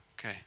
okay